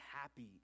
happy